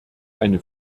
eine